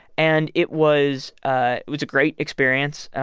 and it was ah was a great experience.